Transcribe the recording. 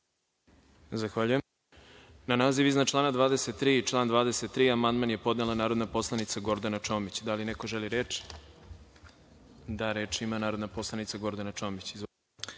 Milićević** Na naziv iznad člana 25. i član 25. amandman je podnela narodna poslanica Gordana Čomić. Da li neko želi reč? (Da)Reč ima narodna poslanica Gordana Čomić.